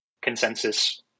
consensus